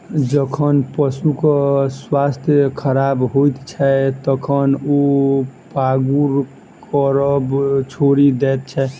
जखन पशुक स्वास्थ्य खराब होइत छै, तखन ओ पागुर करब छोड़ि दैत छै